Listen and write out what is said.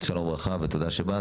שלום וברכה ותודה שבאת.